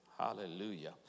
Hallelujah